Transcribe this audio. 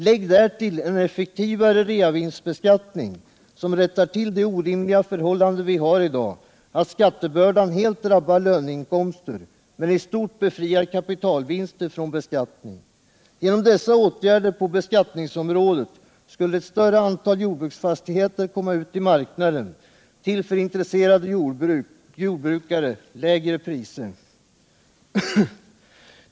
Lägg därtill en effektivare reavinstbeskattning, som rättar till det orimliga förhållandet att skattebördan helt drabbar löneinkomster men i stort befriar kapitalvinster från beskattning. Genom dessa åtgärder på beskattningsområdet skulle ett större antal jordbruksfastigheter komma ut i marknaden till lägre priser för intresserade jordbrukare.